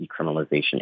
decriminalization